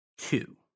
Two